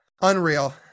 Unreal